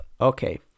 Okay